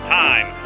time